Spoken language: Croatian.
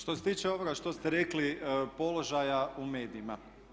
Što se tiče onoga što ste rekli položaja u medijima.